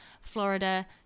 Florida